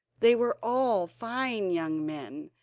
they were all fine young men,